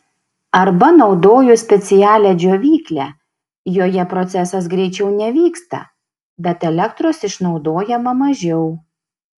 arba naudoju specialią džiovyklę joje procesas greičiau nevyksta bet elektros išnaudojama mažiau